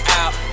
out